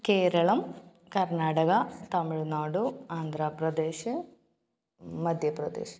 Keralam Karnataka Tamil Nadu Andhra Pradesh Madhya Pradesh